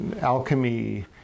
Alchemy